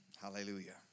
Hallelujah